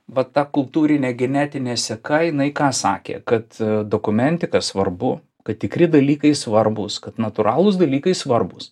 va ta kultūrinė genetinė seka jinai ką sakė kad dokumentika svarbu kad tikri dalykai svarbūs kad natūralūs dalykai svarbūs